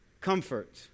comfort